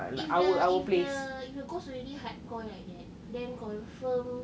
if the if the if the ghost already hardcore like that then confirm